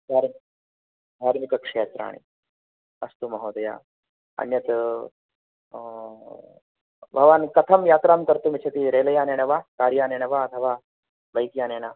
दार्मि धार्मिकक्षेत्राणि अस्तु महोदय अन्यत् भवान् कथं यात्रां कर्तुमिच्छति रेलयानेन वा कार्यानेन वा अथवा बैक्यानेन